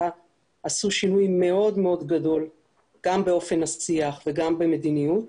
עשו שינוי מאוד מאוד גדול גם באופן השיח וגם במדיניות,